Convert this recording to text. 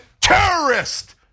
terrorist